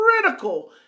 critical